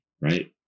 right